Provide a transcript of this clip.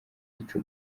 ico